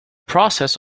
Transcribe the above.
process